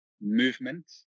movement